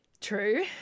True